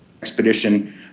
expedition